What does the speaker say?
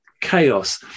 chaos